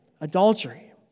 adultery